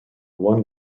one